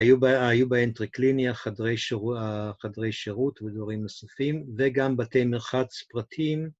‫היו בהם טריקליניה, ‫חדרי שירות ודברים נוספים, ‫וגם בתי מרחץ פרטיים.